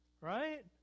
Right